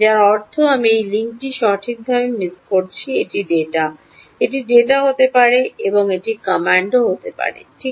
যার অর্থ আমি এই লিঙ্কটি সঠিকভাবে মিস করছি এটি ডেটা এটি ডেটা হতে হবে এবং এটি কমান্ড হতে হবে ডান